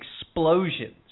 explosions